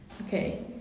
Okay